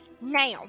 Now